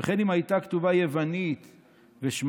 "וכן אם הייתה כתובה יוונית ושמעה,